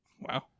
Wow